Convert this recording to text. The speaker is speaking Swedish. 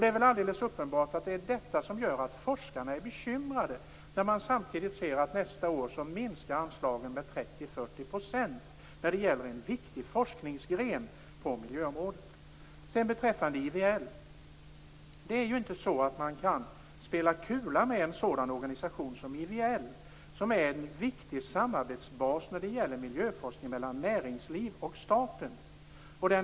Det är alldeles uppenbart att detta gör forskarna bekymrade, när de samtidigt ser att anslagen nästa år minskar med 30-40 % för en viktig forskningsgren på miljöområdet. Man kan inte spela kula med en sådan organisation som IVL, som är en viktig samarbetsbas för miljöforskningen mellan näringslivet och staten.